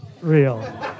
Real